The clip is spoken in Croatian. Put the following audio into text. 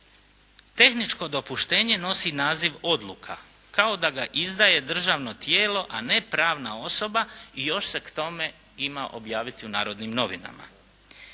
tehničko dopuštenje nosi naziv odluka. Kao da ga izdaje državno tijelo, a ne pravna osoba i još se k tome ima objaviti u "Narodnim novinama".